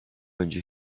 önce